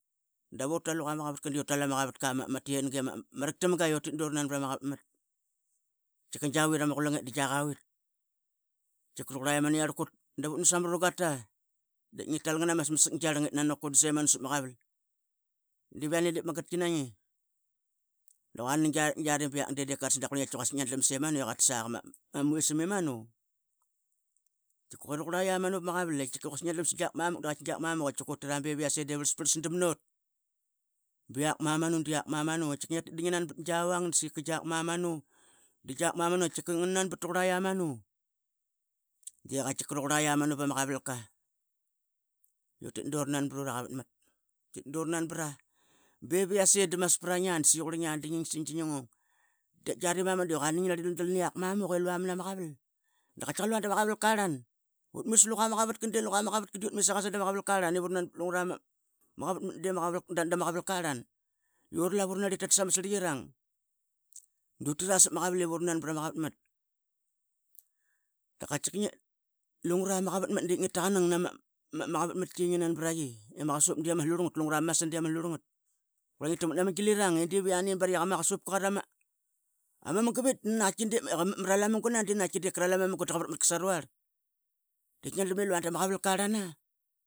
Dip lane di ma gatkinaingi, duka ningiari biak di di qatas da qurlingi ikatki quosik ingia drlam simanu i qatas a qama uisam imanu tkikn que rauqura ia manu, utira beviase da varlas prlas damnot iak mamanu diak mamanu, biak manu. Tkika ngia tit dingi nanbat giavang di gi iaq mamanu diak mamanu tkika rauqura lamanu pama qavalka utit durnanbat uraqavatmat utit duranbra biviase da maspraingia dingingsing dingingung. Da gian diamanu di qua nginari daldal niak mamuk ilua mana ma qaval da katkiakar lua da da ma qavalka arlan, utmit sluqa ma qavatka di utmit sluqa ma qavatk sada ma qavalka arlan ivuranan bait lungura ma qavatmat di dama qavalka arlan. Uralavu ranarlrp tatas ama sirliqirang dutira sapma qaval ivuran prama qavatmat, dakatkika lunguva maqavatmat di katkika ngi takanang na ma qavatmatki iama qasup diaiama slurlrgat lungr ma masan diama slurlngat. Qurla ngi tikmat nama gilirang i diviani dip kral ama munga da qa varapsaruar. Da ngia drlam ilna dam qavalka arlan.